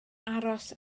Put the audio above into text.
aros